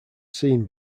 seen